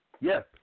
Yes